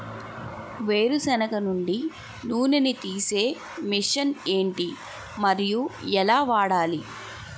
వేరు సెనగ నుండి నూనె నీ తీసే మెషిన్ ఏంటి? మరియు ఎలా వాడాలి?